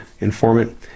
informant